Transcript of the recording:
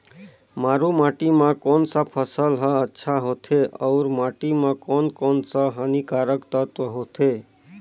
मारू माटी मां कोन सा फसल ह अच्छा होथे अउर माटी म कोन कोन स हानिकारक तत्व होथे?